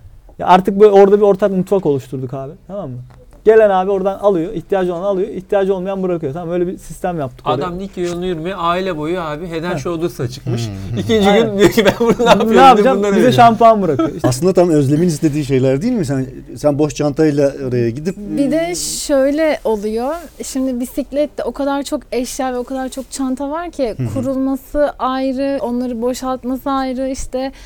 Ya artık böyle orada bir ortak mutfak oluşturduk abi, tamam mı? Gelen abi oradan alıyor, ihtiyacı olan alıyor, ihtiyacı olmayan bırakıyor. Tamam, böyle bir sistem yaptık oraya. Adam ilk gün yürüyormuş, aile boyu abi, Head and Heh. Shoulders'la çıkmış. Hmm. İkinci Aynen. gün diyor ki, "Ben bunu ne yapıyorum? Ne Bir de yapacağım? bunları Bize veriyorum." şampuan bırakıyor işte. Aslında tam Özlem'in istediği şeyler değil mi? Sen- sen boş çantayla oraya gidip- Bir de Hmm. şöyle oluyor. Şimdi bisiklette o kadar çok eşya ve o kadar çok çanta var ki, Hı hı. kurulması ayrı, onları boşaltması ayrı. İşte